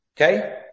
Okay